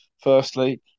Firstly